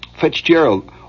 Fitzgerald